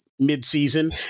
mid-season